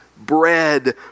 bread